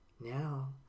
Now